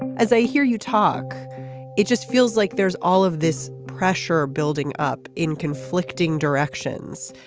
as i hear you talk it just feels like there's all of this pressure building up in conflicting directions.